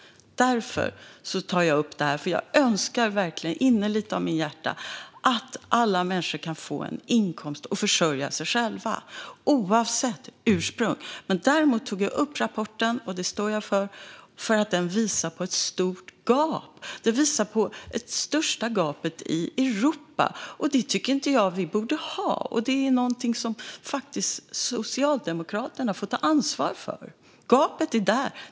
Därför tar jag upp detta. Jag önskar verkligen innerligt, av hela mitt hjärta, att alla människor kan få en inkomst och försörja sig själva, oavsett ursprung. Däremot tog jag upp rapporten, och det står jag för. Den visar på ett stort gap - det största gapet i Europa. Det tycker jag att vi inte borde ha, och det är någonting som Socialdemokraterna faktiskt får ta ansvar för. Gapet finns där.